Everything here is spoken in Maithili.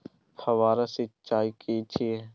फव्वारा सिंचाई की छिये?